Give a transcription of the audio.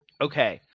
okay